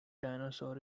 dinosaur